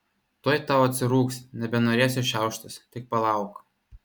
tuoj tau atsirūgs nebenorėsi šiauštis tik palauk